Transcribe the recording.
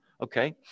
Okay